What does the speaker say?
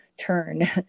turn